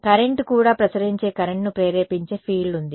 current కూడా ప్రసరించే కరెంట్ను ప్రేరేపించే ఫీల్డ్ ఉంది